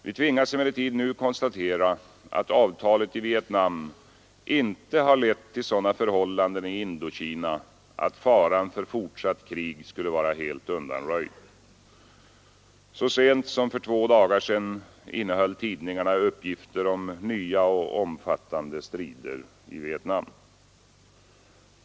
Vi tvingas emellertid nu konstatera att avtalet i Vietnam inte lett till sådana förhållanden i Indokina att faran för fortsatt krig skulle vara helt undanröjd. Så sent som för två dagar sedan innehöll tidningarna uppgifter om nya omfattande strider i Vietnam.